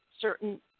certain